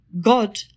God